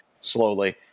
slowly